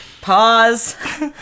Pause